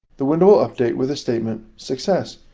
the window will update with the statement success!